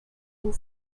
and